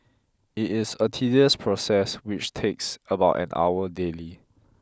it is a tedious process which takes about an hour daily